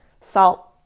salt